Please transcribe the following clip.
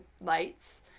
lights